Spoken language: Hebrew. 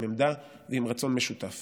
עם עמדה ועם רצון משותף